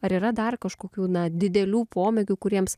ar yra dar kažkokių didelių pomėgių kuriems